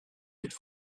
could